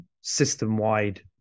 system-wide